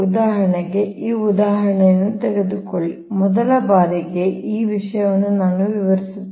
ಉದಾಹರಣೆಗೆ ಈ ಉದಾಹರಣೆಯನ್ನು ತೆಗೆದುಕೊಳ್ಳಿ ಮೊದಲ ಬಾರಿಗೆ ಈ ವಿಷಯವನ್ನು ನಾನು ವಿವರಿಸುತ್ತೇನೆ